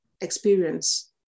experience